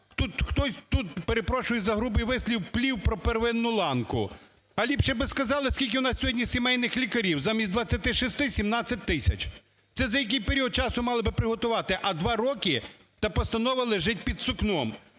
хтось, перепрошую за грубий вислів, плів про первинну ланку. А ліпше би сказали, скільки у нас сьогодні сімейних лікарів, замість 26 – 17 тисяч. Це за який період часу мали би приготувати? А два роки та постанова лежить під сукном.